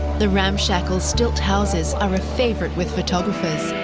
the ramshackle stilt houses are a favorite with photographers,